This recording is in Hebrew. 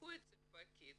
"תקחו מהפקיד